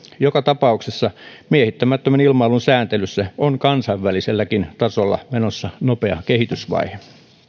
joka tapauksessa miehittämättömän ilmailun sääntelyssä on kansainväliselläkin tasolla menossa nopea kehitysvaihe